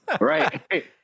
Right